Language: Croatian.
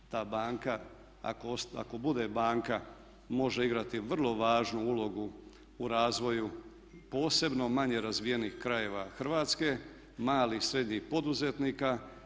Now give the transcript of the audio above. Ta banka ako bude banka može igrati vrlo važnu ulogu u razvoju posebno manje razvijenih krajeva Hrvatske, malih, srednjih poduzetnika.